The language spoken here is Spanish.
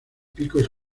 picos